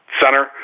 center